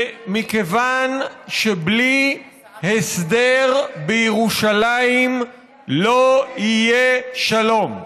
שמכיוון שבלי הסדר בירושלים לא יהיה שלום.